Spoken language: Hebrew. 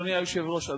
אדוני היושב-ראש,